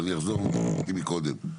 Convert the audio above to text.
אני אחזור על מה שאמרתי מקודם,